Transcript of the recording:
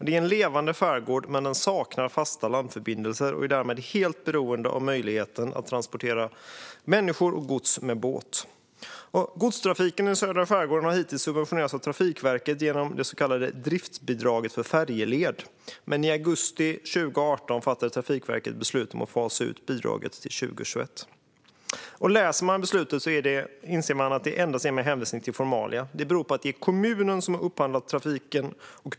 Det är en levande skärgård, men den saknar fasta landförbindelser och är därmed helt beroende av möjligheten att transportera människor och gods med båt. Godstrafiken i södra skärgården har hittills subventionerats av Trafikverket genom det så kallade driftsbidraget för färjeled. Men i augusti 2018 fattade Trafikverket beslut om att fasa ut bidraget till 2021. När man läser beslutet inser man att det endast är med hänvisning till formalia. Det beror på att det är kommunen som har upphandlat trafiken.